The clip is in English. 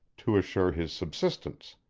to assure his subsistence.